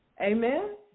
Amen